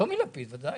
טומי לפיד, ודאי.